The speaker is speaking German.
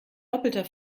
doppelter